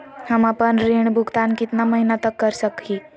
हम आपन ऋण भुगतान कितना महीना तक कर सक ही?